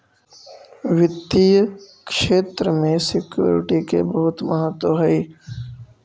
वित्तीय क्षेत्र में सिक्योरिटी के बहुत महत्व हई